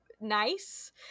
nice